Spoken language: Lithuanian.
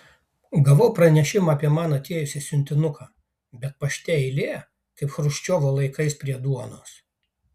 gavau pranešimą apie man atėjusį siuntinuką bet pašte eilė kaip chruščiovo laikais prie duonos